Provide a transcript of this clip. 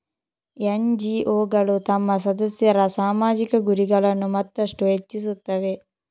ಎನ್.ಜಿ.ಒಗಳು ತಮ್ಮ ಸದಸ್ಯರ ಸಾಮಾಜಿಕ ಗುರಿಗಳನ್ನು ಮತ್ತಷ್ಟು ಹೆಚ್ಚಿಸುತ್ತವೆ